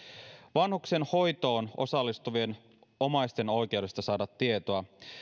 vanhuksen hoitoon osallistuvien omaisten oikeudesta saada tietoa